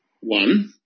One